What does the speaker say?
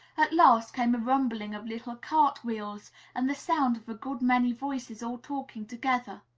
at last came a rumbling of little cart-wheels and the sound of a good many voices all talking together.